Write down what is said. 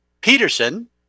Peterson